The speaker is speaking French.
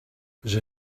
j’ai